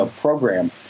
program